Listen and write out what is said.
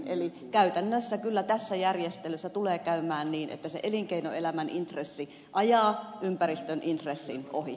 eli käytännössä kyllä tässä järjestelyssä tulee käymään niin että se elinkeinoelämän intressi ajaa ympäristön intressin ohi